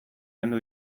kendu